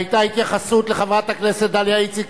היתה התייחסות לחברת הכנסת דליה איציק,